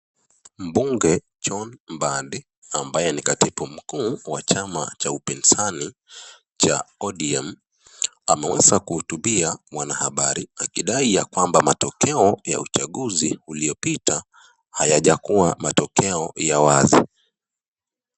Mbunge John Mbadi ambaye ni katibu mkuu wa chama cha upinzani cha ODM ameweza kuhutubia mwanahabari akidai yakwamba matokeo ya uchaguzi uliopita hayajakuwa matokeo ya wazi.